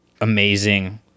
amazing